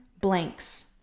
blanks